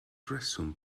rheswm